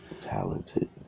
talented